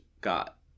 got